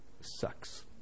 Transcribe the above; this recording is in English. sucks